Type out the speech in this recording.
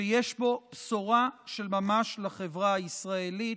שיש בו בשורה של ממש לחברה הישראלית.